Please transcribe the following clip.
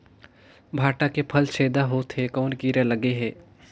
भांटा के फल छेदा होत हे कौन कीरा लगे हे?